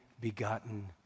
begotten